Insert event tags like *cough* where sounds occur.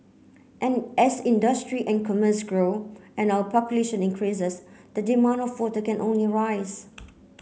*unintelligible* as industry and commerce grow and our population increases the demand for water can only rise